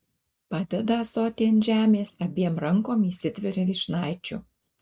padeda ąsotį ant žemės abiem rankom įsitveria vyšnaičių